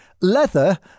Leather